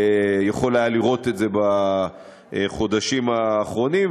יכול היה לראות את זה בחודשים האחרונים,